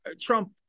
Trump